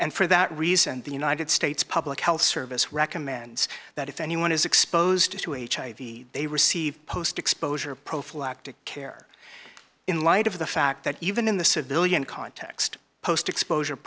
and for that reason the united states public health service recommends that if anyone is exposed to a hiv they receive post exposure prophylactic care in light of the fact that even in the civilian context post exposure